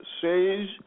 says